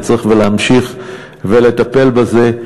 וצריך להמשיך ולטפל בזה,